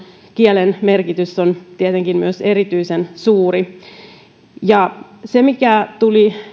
kielen merkitys on tietenkin myös erityisen suuri se mikä tuli